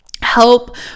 help